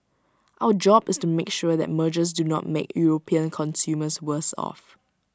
our job is to make sure that mergers do not make european consumers worse off